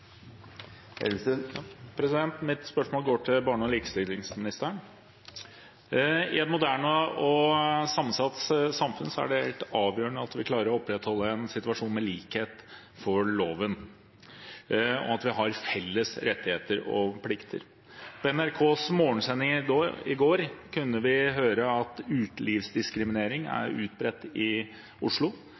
det helt avgjørende at vi klarer å opprettholde en situasjon med likhet for loven, og at vi har felles rettigheter og plikter. I NRKs morgensending i går kunne vi høre at utelivsdiskriminering er utbredt i Oslo,